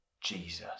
Jesus